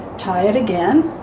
tie it again.